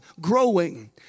growing